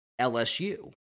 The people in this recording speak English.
lsu